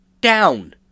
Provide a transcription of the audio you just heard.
down